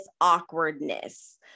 awkwardness